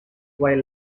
while